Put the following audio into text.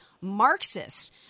Marxists